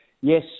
Yes